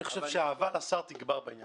אני חושב שהאהבה לשר תגבר בעניין הזה.